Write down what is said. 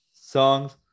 songs